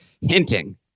hinting